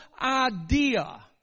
idea